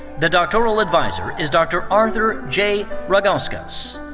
the doctoral adviser is dr. arthur j. ragauskas.